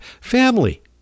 family